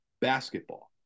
basketball